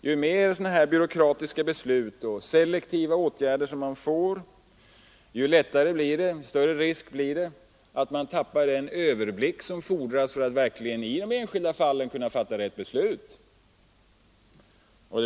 Jo, ju fler byråkratiska beslut som skall fattas och ju fler selektiva åtgärder som skall vidtas, desto större blir risken att man tappar den överblick som fordras för att verkligen i de enskilda fallen kunna komma till rätt beslut.